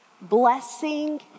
Blessing